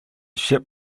ship